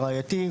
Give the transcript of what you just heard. הראייתי,